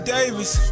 Davis